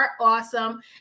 awesome